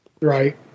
Right